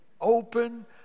Open